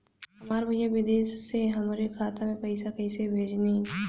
हमार भईया विदेश से हमारे खाता में पैसा कैसे भेजिह्न्न?